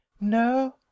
no